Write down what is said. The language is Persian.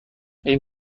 این